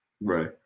right